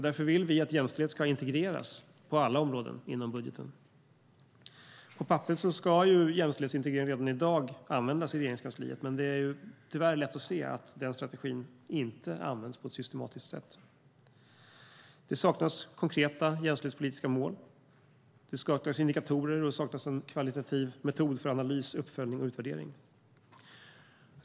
Därför vill vi att jämställdhet ska integreras på alla områden i budgeten. På papperet ska jämställdhetsintegrering redan i dag användas i Regeringskansliet. Men det är tyvärr lätt att se att den strategin inte används på ett systematiskt sätt. Det saknas konkreta jämställdhetspolitiska mål, indikatorer och en kvalitativ metod för analys, uppföljning och utvärdering.